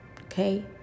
Okay